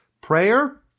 prayer